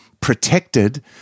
protected